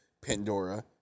Pandora